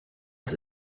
das